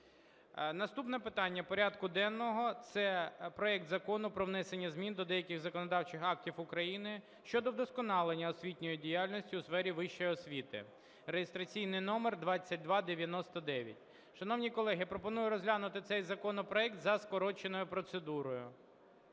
Наступне питання порядку денного - це проект Закону про внесення змін до деяких законодавчих актів України щодо вдосконалення освітньої діяльності у сфері вищої освіти (реєстраційний номер 2299). Шановні колеги, я пропоную розглянути цей законопроект за скороченою процедурою.